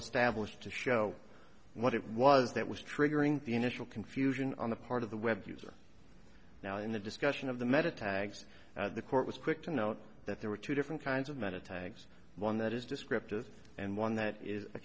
established to show what it was that was triggering the initial confusion on the part of the web user now in the discussion of the metatags the court was quick to note that there were two different kinds of meditations one that is descriptive and one that is a